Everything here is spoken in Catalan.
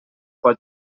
pot